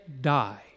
die